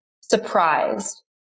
surprised